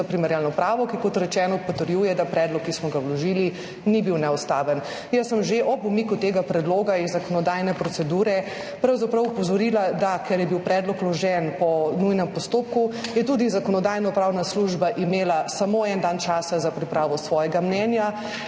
za primerjalno pravo, ki, kot rečeno, potrjuje, da predlog, ki smo ga vložili, ni bil neustaven. Že ob umiku tega predloga iz zakonodajne procedure sem pravzaprav opozorila, da je, ker je bil predlog vložen po nujnem postopku, tudi Zakonodajno-pravna služba imela samo en dan časa za pripravo svojega mnenja